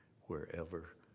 wherever